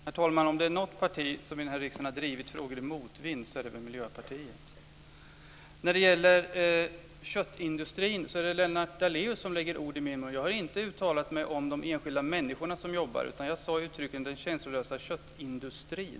Herr talman! Om det är något parti som har drivit frågor i motvind här i riksdagen är det väl Miljöpartiet. När det gäller köttindustrin är det Lennart Daléus som lägger ord i min mun. Jag har inte uttalat mig om de enskilda människorna som jobbar. Jag sade uttryckligen "den känslolösa köttindustrin".